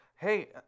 Hey